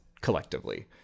collectively